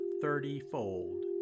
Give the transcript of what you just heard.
thirty-fold